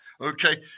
okay